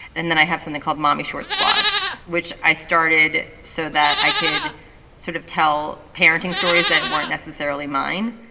and then i have something called mommy shorts squad which i started so that i could sort of tell parenting stories that weren't necessarily mine.